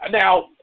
now